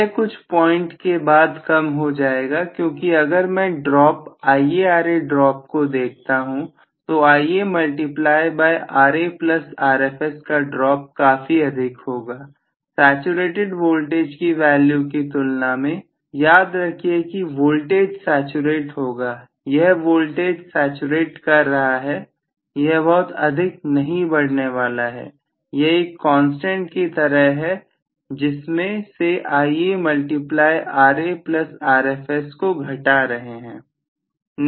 यह कुछ पॉइंट के बाद कम हो जाएगा क्योंकि अगर मैं ड्रॉप IaRa ड्रॉप को देखता हूं तो Ia multiply by Ra plus Rfs का ड्रॉप काफी अधिक होगा सैचुरेटेड वोल्टेज की वैल्यू की तुलना में याद रखिए कि वोल्टेज सैचुरेट होगा यह वोल्टेज सैचुरेट कर रहा है यह बहुत अधिक नहीं बढ़ने वाला है यह एक कांस्टेंट की तरह है जिसमें से Ia multiply Ra plus Rfs को घटा रहे हैं